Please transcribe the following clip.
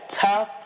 tough